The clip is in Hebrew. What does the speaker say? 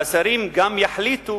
והשרים גם יחליטו